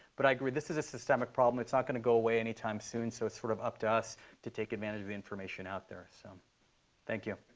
but i agree. this is a systemic problem. it's not going to go away anytime soon. so it's sort of up to us to take advantage of the information out there. so thank you.